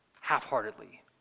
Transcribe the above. half-heartedly